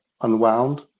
unwound